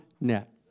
net